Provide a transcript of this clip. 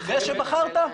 אחרי שבחרת?